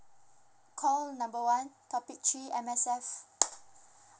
call number one topic three M_S_F